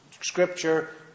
scripture